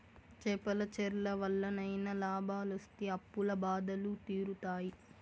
చేపల చెర్ల వల్లనైనా లాభాలొస్తి అప్పుల బాధలు తీరుతాయి